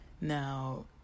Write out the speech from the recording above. now